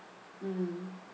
mm